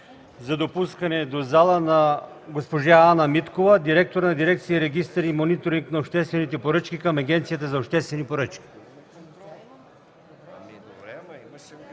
за допускане до залата на госпожа Ана Миткова – директор на дирекция „Регистър и мониторинг на обществените поръчки” към Агенцията за обществени поръчки.